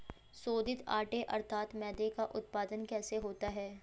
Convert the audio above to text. शोधित आटे अर्थात मैदे का उत्पादन कैसे होता है?